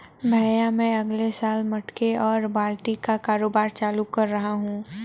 भैया मैं अगले साल मटके और बाल्टी का कारोबार चालू कर रहा हूं